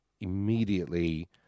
immediately